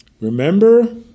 Remember